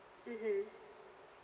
mmhmm